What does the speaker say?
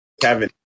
Kevin